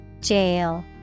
Jail